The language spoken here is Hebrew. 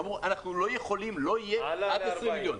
אמרו: אנחנו לא יכולים, לא יהיה עד 20 מיליון.